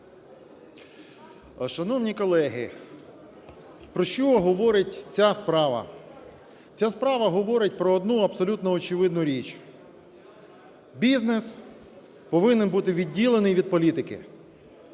Шановні колеги, про що говорить ця справа? Ця справа говорить про одну абсолютно очевидну річ: бізнес повинен бути відділений від політики.